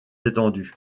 détendu